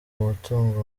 umutungo